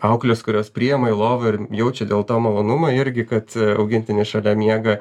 auklės kurios priėma į lovą ir jaučia dėl to malonumą irgi kad augintinis šalia miega